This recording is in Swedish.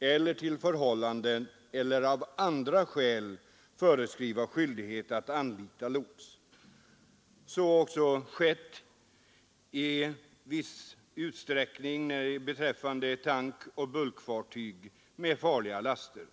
eller av andra skäl föreskriva skyldighet att anlita lots. Så har också skett i viss utsträckning beträffande tankoch bulkfartyg med farliga laster.